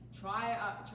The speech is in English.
Try